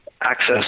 access